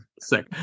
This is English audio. sick